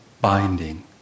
binding